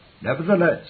Nevertheless